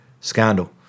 scandal